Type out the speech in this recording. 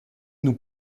nous